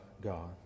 God